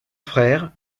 frère